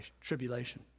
tribulation